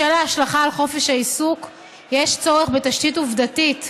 בשל ההשלכה על חופש העיסוק יש צורך בתשתית עובדתית,